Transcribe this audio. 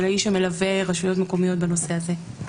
האיש שמלווה רשויות מקומיות בנושא הזה,